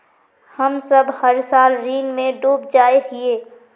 हम सब हर साल ऋण में डूब जाए हीये?